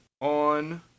On